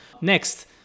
Next